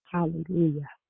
Hallelujah